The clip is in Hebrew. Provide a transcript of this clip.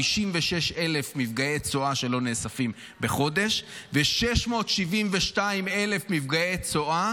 56,000 מפגעי צואה שלא נאספים בחודש ו-672,000 מפגעי צואה